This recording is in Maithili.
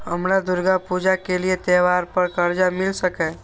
हमरा दुर्गा पूजा के लिए त्योहार पर कर्जा मिल सकय?